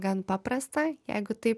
gan paprasta jeigu taip